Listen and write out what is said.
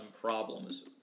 problems